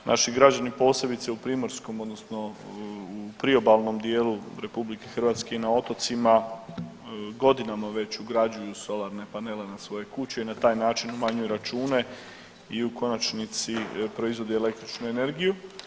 Naši građani posebice u primorskom odnosno u priobalnom dijelu RH i na otocima godinama već ugrađuju solarne panele na svoje kuće i na taj način umanjuju račune i u konačnici proizvode električnu energiju.